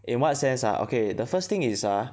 in what sense ah okay the first thing is ah